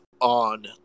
on